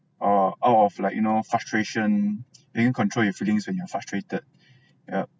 or out of like you know frustration can you control your feelings when you are frustrated yup